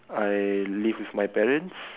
I live with my parents